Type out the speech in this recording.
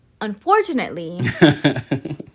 Unfortunately